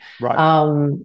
Right